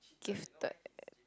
gifted